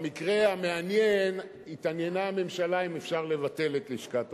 במקרה המעניין התעניינה הממשלה אם אפשר לבטל את לשכת עורכי-הדין,